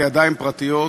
לידיים פרטיות,